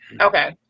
Okay